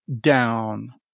down